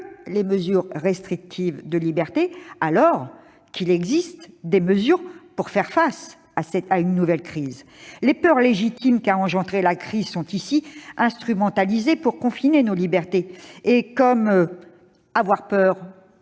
les mesures restrictives de liberté, alors qu'il existe des mesures pour faire face à une nouvelle crise. Les peurs légitimes qu'a engendrées la crise sont ici instrumentalisées pour confiner nos libertés. Comme « avoir peur,